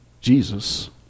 Jesus